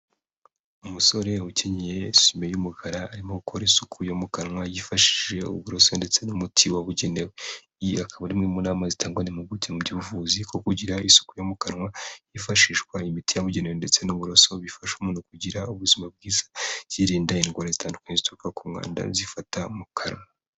Umusore ukenyeye isume y'umukara arimo gukora isuku yo mu kanwa yifashishije uburoso ndetse n'umuti wabugenewe. Iyi akaba ari imwe mu nama zitangwa n'impuguke mu by'ubuvuzi kuko kugira isuku yo mu kanwa hifashishwa imiti yabugenewe ndetse n'uburoso bifasha umuntu kugira ubuzima bwiza, yirinda indwara zitandukanye zituruka ku mwanda zifata mu kanwa.